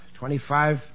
Twenty-five